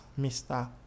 mr